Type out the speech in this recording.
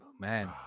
man